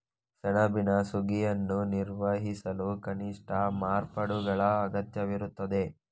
ಸೆಣಬಿನ ಸುಗ್ಗಿಯನ್ನು ನಿರ್ವಹಿಸಲು ಕನಿಷ್ಠ ಮಾರ್ಪಾಡುಗಳ ಅಗತ್ಯವಿರುತ್ತದೆ